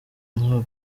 nubu